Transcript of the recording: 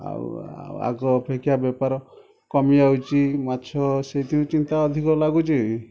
ଆଉ ଆଉ ଆଗ ଅପେକ୍ଷା ବେପାର କମିଯାଉଛି ମାଛ ସେଇଥିରୁ ଚିନ୍ତା ଅଧିକ ଲାଗୁଛି